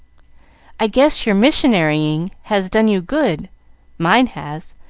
i guess your missionarying has done you good mine has,